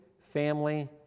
family